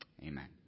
Amen